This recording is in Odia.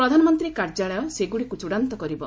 ପ୍ରଧାନମନ୍ତ୍ରୀ କାର୍ଯ୍ୟାଳୟ ସେଗୁଡ଼ିକୁ ଚୂଡ଼ାନ୍ତ କରିବ